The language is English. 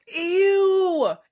Ew